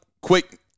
quick